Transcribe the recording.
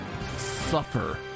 suffer